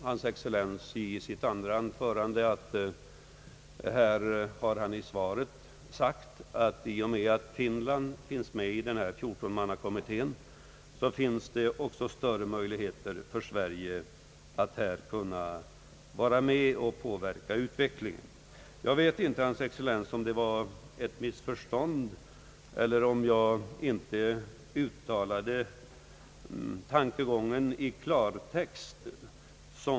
Hans excellens sade i sitt andra anförande att han redan i sitt svar påpekat att just den omständigheten att Finland finns med i 14-mannakommittén ger större möjligheter för Sverige att påverka utvecklingen. Jag vet inte, eders excellens, om den slutsatsen berodde på ett missförstånd eller om jag inte uttalade min tankegång i klartext.